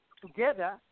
together